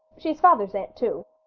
she's father's aunt, too.